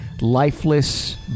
lifeless